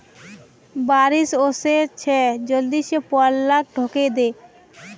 बारिश ओशो छे जल्दी से पुवाल लाक ढके दे